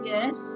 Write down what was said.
Yes